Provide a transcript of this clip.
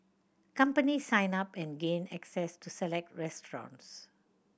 companies sign up and gain access to select restaurants